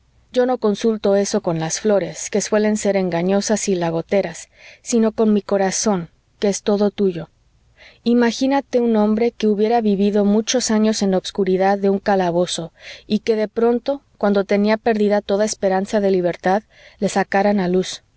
yo no consulto eso con las flores que suelen ser engañosas y lagoteras sino con mi corazón que es todo tuyo imagínate un hombre que hubiera vivido muchos años en la obscuridad de un calabozo y que de pronto cuando tenía perdida toda esperanza de libertad le sacaran a la luz